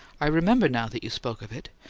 i remember now that you spoke of it.